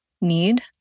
need